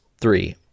three